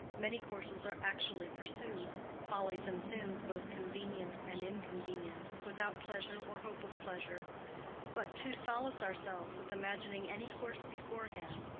many courses are actually pursued follies and sins both convenient and inconvenient without pleasure or hope of pleasure but to solace ourselves with imagining any course beforehand,